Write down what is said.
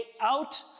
out